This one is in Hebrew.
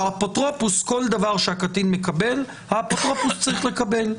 כל דבר שהקטין מקבל, האפוטרופוס צריך לקבל.